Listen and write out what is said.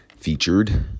featured